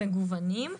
מגוונים,